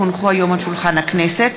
כי הונחו היום על שולחן הכנסת,